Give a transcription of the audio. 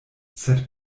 sed